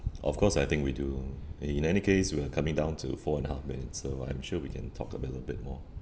of course I think we do and in any case we're coming down to four and a half minutes so I'm sure we can talk a little bit more